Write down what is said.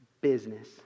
business